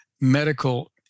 medical